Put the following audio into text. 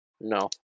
No